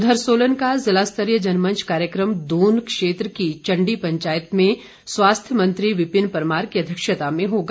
उधर सोलन का ज़िलास्तरीय जनमंच कार्यक्रम दून क्षेत्र की चण्डी पंचायत में स्वास्थ्य मंत्री विपिन परमार की अध्यक्षता में होगा